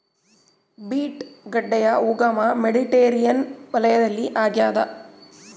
beet ಗಡ್ಡೆಯ ಉಗಮ Mediterranean ವಲಯದಲ್ಲಿ ಆಗ್ಯಾದ